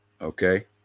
okay